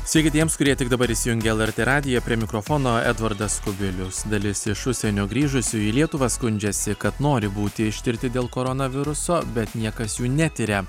sveiki tiems kurie tik dabar įsijungia lrt radiją prie mikrofono edvardas kubilius dalis iš užsienio grįžusių į lietuvą skundžiasi kad nori būti ištirti dėl koronaviruso bet niekas jų netiria